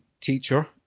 teacher